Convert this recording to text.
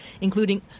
including